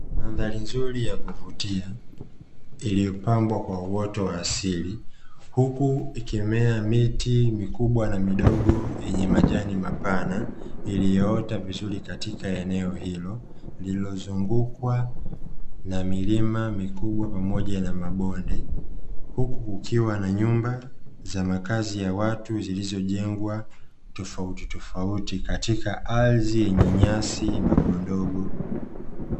Mandhari nzuri ya kuvutia iliyopambwa kwa uoto wa asili huku ikimea miti mikubwa na midogo yenye majani mapana iliyoota vizuri katika eneo hilo, lililozungukwa na milima mikubwa pamoja na mabonde. Huku kukiwa na nyumba za makazi ya watu zilizojengwa tofautitofauti katika ardhi yenye nyasi ndogondogo.